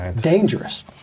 Dangerous